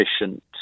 efficient